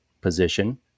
position